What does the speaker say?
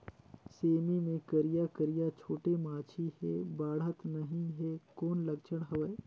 सेमी मे करिया करिया छोटे माछी हे बाढ़त नहीं हे कौन लक्षण हवय?